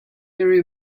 area